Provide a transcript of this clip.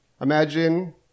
Imagine